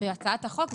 בהצעת החוק,